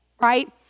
right